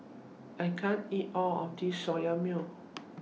I can't eat All of This Soya Milk